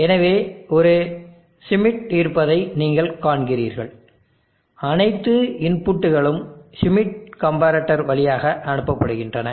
எனவே ஒரு ஷ்மிட் இருப்பதை நீங்கள் காண்கிறீர்கள் அனைத்து இன்புட்டுகளும் ஷ்மிட் கம்பரட்டர் வழியாக அனுப்பப்படுகின்றன